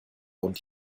und